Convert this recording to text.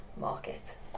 market